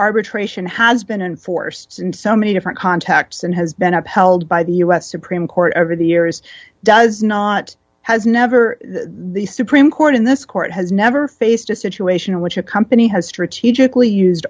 arbitration has been enforced in so many different contacts and has been upheld by the u s supreme court over the years does not has never the supreme court in this court has never faced a situation in which a company has strategically used